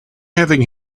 having